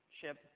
ship